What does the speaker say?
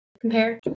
compare